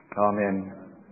Amen